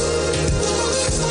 כשאני ראיתי את